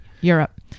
Europe